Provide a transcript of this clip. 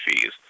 fees